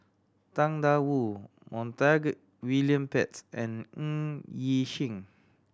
Tang Da Wu Montague William Pett and Ng Yi Sheng